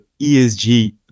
ESG